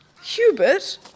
Hubert